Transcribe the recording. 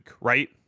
right